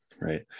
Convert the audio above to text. Right